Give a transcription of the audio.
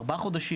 ארבעה חודשים,